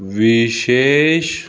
ਵਿਸ਼ੇਸ਼